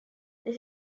this